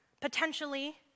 potentially